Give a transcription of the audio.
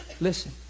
listen